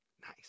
Nice